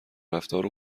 رفتار